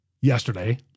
yesterday